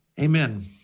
Amen